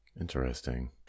Interesting